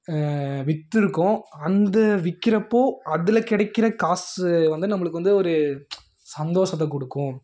விற்றிருக்கோம் அந்த விற்கிறப்போ அதில் கிடைக்கிற காசு வந்து நம்மளுக்கு வந்து ஒரு சந்தோஷத்தை கொடுக்கும்